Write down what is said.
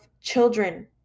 children